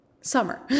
Summer